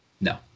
No